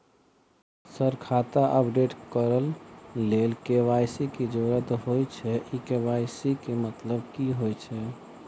Sir खाता update करऽ लेल के.वाई.सी की जरुरत होइ छैय इ के.वाई.सी केँ मतलब की होइ छैय?